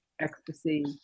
ecstasy